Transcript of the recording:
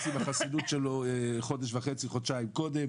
עם החסינות שלו חודש וחצי-חודשיים קודם?